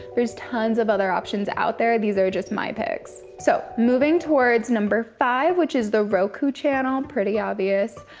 there's tons of other options out there. these are just my picks. so moving towards number five, which is the roku channel. pretty obvious.